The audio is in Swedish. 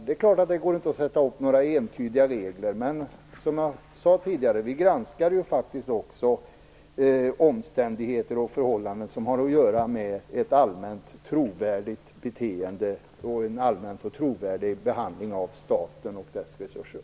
Det är klart att det inte går att sätta upp entydiga regler. Men, som jag tidigare sade, vi granskar faktiskt också omständigheter och förhållanden som har att göra med ett allmänt trovärdigt beteende och en allmänt trovärdig behandling av staten och dess resurser.